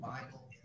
Bible